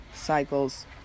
cycles